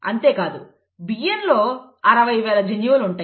అంతేకాదు బియ్యంలో 60000 జన్యువులు ఉంటాయి